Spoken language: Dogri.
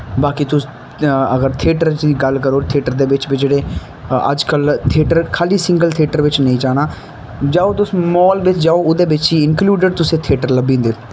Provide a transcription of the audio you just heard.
बाकी तुस अगर थियेटर च गल्ल करो थियेटर दे बिच्च बिच्च जेह्ड़े अज्ज कल थियेटर खाल्ली सिंगल थियेटर बिच्च नेईं जाना जाओ तुस मॉल बिच्च जाओ ओह्दे बिच्च ई इंकलूडड तुसेंगी थियेटर लब्भी जंदे